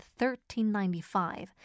1395